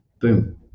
Boom